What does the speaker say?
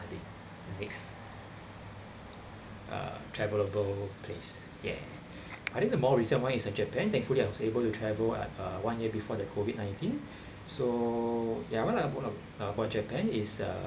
I think the next uh the travelable place ya I think the more reason why is a japan thankfully I was able to travel at uh one year before the COVID nineteen so ya what I want to ta~ about japan is uh